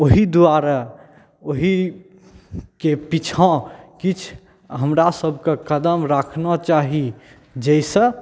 ओहि दुआरे ओहिके पाछाँ किछु हमरासबके कदम रखना चाही जाहिसँ